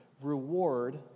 reward